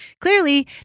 Clearly